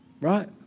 right